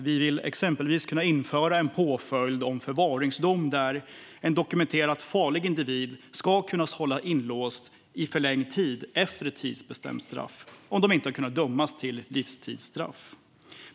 Vi vill exempelvis införa en påföljd om förvaringsdom, där en dokumenterat farlig individ ska kunna hållas inlåst i förlängd tid efter ett tidsbestämt straff om individen inte har kunnat dömas till ett livstidsstraff.